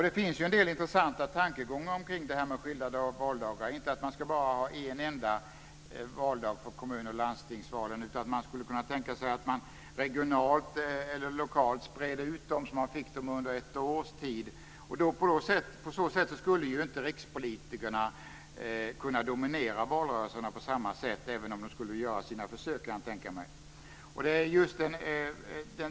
Det finns en del intressanta tankegångar om skilda valdagar, inte bara att ha en enda valdag för kommunoch landstingsvalen. Man skulle också kunna tänka sig att regionalt eller lokalt sprida ut dem under ett års tid. På så sätt skulle rikspolitikerna inte kunna dominera valrörelserna på samma sätt som nu, även om jag kan tänka mig att de skulle göra sina försök.